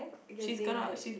getting ma~